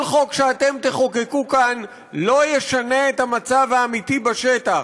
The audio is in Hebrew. כל חוק שאתם תחוקקו כאן לא ישנה את המצב האמיתי בשטח,